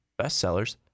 bestsellers